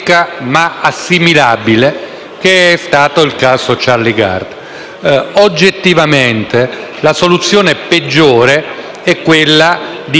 Oggettivamente la soluzione peggiore è quella di demandare la decisione al tribunale;